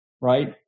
right